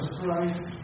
Christ